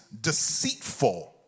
deceitful